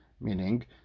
meaning